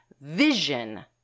vision